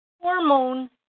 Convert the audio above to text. hormone